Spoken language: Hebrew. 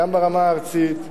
גם ברמה הארצית,